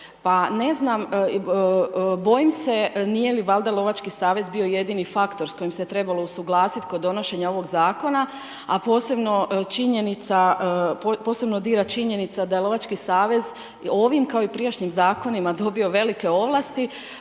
ne znam, bojim se nije li valjda lovački savez bio jedini faktor s kojim se trebalo usuglasiti kod donošenja ovog zakona, a posebno dira činjenica da lovački savez, ovim kao i prijašnjim zakonima dobio velike ovlasti,